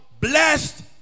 blessed